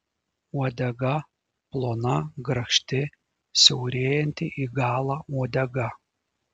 uodega plona grakšti siaurėjanti į galą uodega